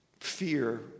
fear